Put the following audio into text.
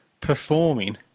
performing